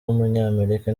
w’umunyamerika